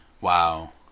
Wow